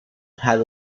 had